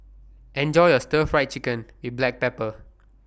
Enjoy your Stir Fried Chicken with Black Pepper